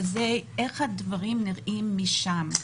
וזה איך הדברים נראים משם,